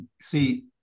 see